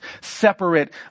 separate